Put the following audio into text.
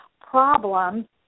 problem